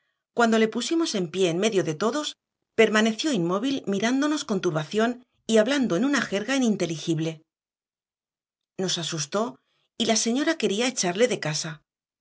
cuando le pusimos en pie en medio de todos permaneció inmóvil mirándonos con turbación y hablando en una jerga ininteligible nos asustó y la señora quería echarle de casa